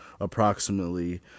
approximately